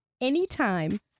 anytime